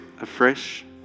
afresh